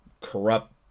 corrupt